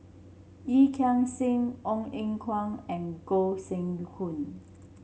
Yee Chia Sing Ong Eng Guan and Gog Sing Hooi